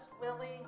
Willie